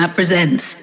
presents